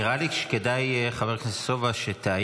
נראה לי שכדאי שתעיין,